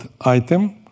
item